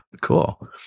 Cool